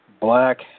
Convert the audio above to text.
black